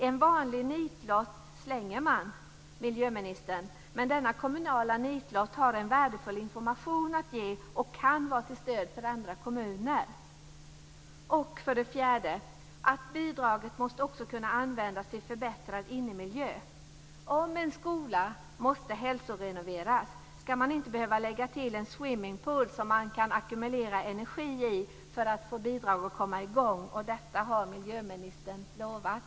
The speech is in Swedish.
En vanligt nitlott slänger man, miljöministern, men denna kommunala nitlott har en värdefull information att ge och kan vara till stöd för andra kommuner. 4. Bidraget måste också kunna användas till förbättrad innemiljö. Om en skola måste hälsorenoveras ska man inte behöva lägga till en swimmingpool som man kan ackumulera energi i för att få bidrag för att komma i gång. Detta har miljöministern lovat.